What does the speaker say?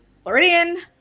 floridian